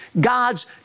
God's